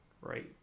right